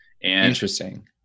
Interesting